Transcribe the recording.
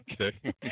Okay